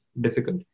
difficult